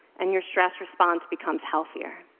and your stress response becomes healthier.